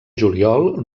juliol